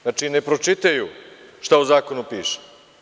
Znači, ne pročitaju šta u zakonu piše.